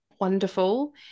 wonderful